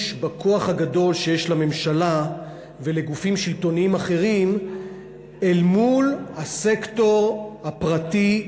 בכוח הגדול שיש לממשלה ולגופים שלטוניים אחרים אל מול הסקטור הפרטי,